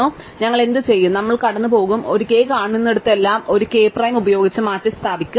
അതിനാൽ ഞങ്ങൾ എന്തുചെയ്യും നമ്മൾ കടന്നുപോകും ഒരു k കാണുന്നിടത്തെല്ലാം ഞങ്ങൾ ഒരു k പ്രൈം ഉപയോഗിച്ച് മാറ്റിസ്ഥാപിക്കും